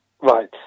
Right